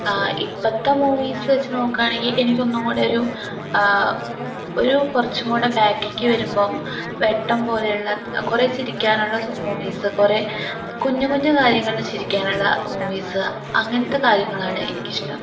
ഇപ്പത്തെ മൂവീസ് വെച്ച് നോക്കുകയാണെങ്കിൽ എനിക്കൊന്നും കൂടെ ഒരു ഒരു കുറച്ചും കൂടെ ബാക്കിലേക്ക് വരുമ്പം വെട്ടം പോലുള്ള കുറെ ചിരിക്കാനുള്ള മൂവീസ് കുറെ കുഞ്ഞ് കുഞ്ഞ് കാര്യങ്ങളിൽ ചിരിക്കാനുള്ള മൂവീസ് അങ്ങനത്തെ കാര്യങ്ങളാണ് എനിക്കിഷ്ടം